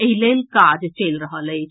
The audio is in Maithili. एहि लेल काज चलि रहल अछि